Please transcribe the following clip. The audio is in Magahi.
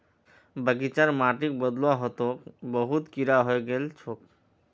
बगीचार माटिक बदलवा ह तोक बहुत कीरा हइ गेल छोक